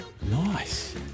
Nice